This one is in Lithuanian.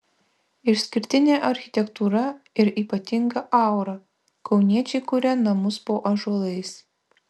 išskirtinė architektūra ir ypatinga aura kauniečiai kuria namus po ąžuolais